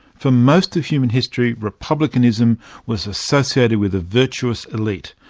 for most of human history, republicanism was associated with a virtuous elite.